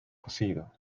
cocido